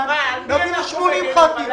80 ח"כים.